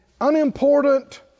unimportant